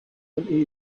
from